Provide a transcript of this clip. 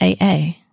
AA